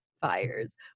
Fires